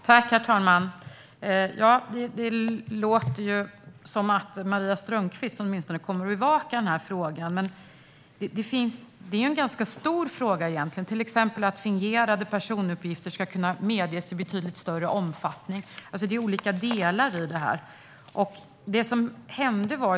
Herr talman! Det låter ju som att åtminstone Maria Strömkvist kommer att bevaka den här frågan. Men det är ju en ganska stor fråga, och den innefattar till exempel att fingerade personuppgifter ska kunna medges i betydligt större omfattning. Det finns olika delar i detta.